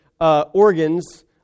organs